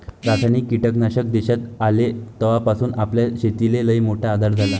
रासायनिक कीटकनाशक देशात आले तवापासून आपल्या शेतीले लईमोठा आधार झाला